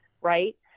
Right